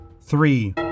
Three